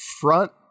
front